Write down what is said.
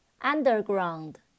Underground